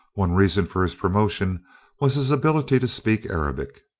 one reason for his promotion was his ability to speak arabic.